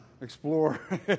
Explore